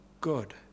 good